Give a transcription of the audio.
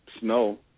snow